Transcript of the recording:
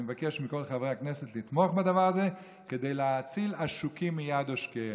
אני מבקש מכל חברי הכנסת לתמוך בדבר הזה כדי להציל עשוקים מיד עושקיהם.